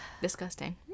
Disgusting